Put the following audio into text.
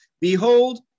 behold